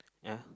ya